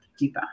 Deepa